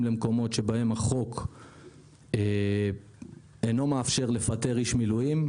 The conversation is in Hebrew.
למקומות שבהם החוק אינו מאפשר לפטר איש מילואים,